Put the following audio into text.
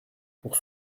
pour